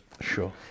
Sure